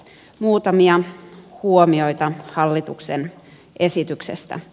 muutamia huomioita hallituksen esityksestä